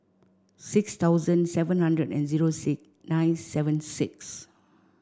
six thousand seven hundred and zero six nine seven six